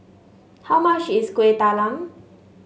how much is Kueh Talam